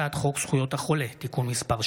הצעת חוק הכנסת (תיקון,